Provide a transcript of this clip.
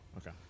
Okay